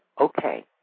okay